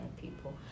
people